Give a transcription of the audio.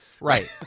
right